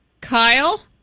Kyle